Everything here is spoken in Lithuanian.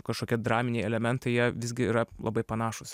kažkokie draminiai elementai jie visgi yra labai panašūs